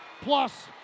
Plus